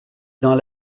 dans